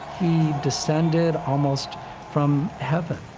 descended almost from heaven.